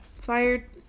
fired